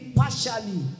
partially